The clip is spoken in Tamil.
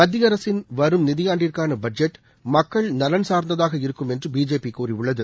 மத்திய அரசின் வரும் நிதியாண்டிற்கான பட்ஜெட் மக்கள் நலன் சார்ந்ததாக இருக்கும் என்று பிஜேபி கூறியுள்ளது